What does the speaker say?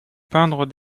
peindre